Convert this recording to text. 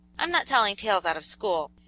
i'm not telling tales out of school.